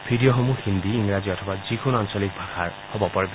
ভিডিঅ'সমূহ হিন্দী ইংৰাজী অথবা যিকোনো আঞ্চলিক ভাষাৰ হ'ব পাৰিব